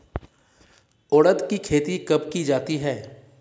उड़द की खेती कब की जाती है?